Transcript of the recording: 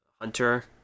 Hunter